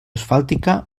asfàltica